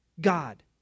God